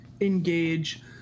engage